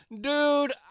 dude